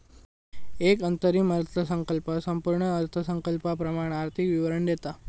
एक अंतरिम अर्थसंकल्प संपूर्ण अर्थसंकल्पाप्रमाण आर्थिक विवरण देता